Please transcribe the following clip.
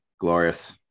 glorious